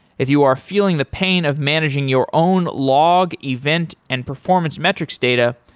if you are feeling the pain of managing your own log, event and performance metrics data,